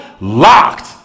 Locked